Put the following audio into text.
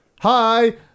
Hi